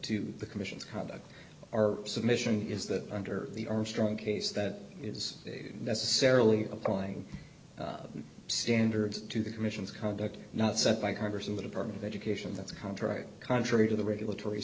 to the commission's conduct our submission is that under the armstrong case that is necessarily applying standards to the commission's conduct not set by congress and the department of education that's contrary contrary to the regulatory